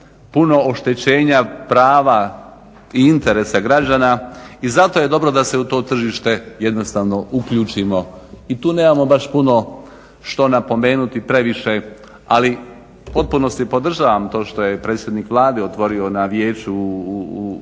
puno oštećenja prava i interesa građana i zato je dobro da se u to tržište jednostavno uključimo i tu nemamo baš puno što napomenuti previše, ali u potpunosti podržavam to što je predsjednik Vlade otvorio na Vijeću u